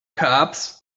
cops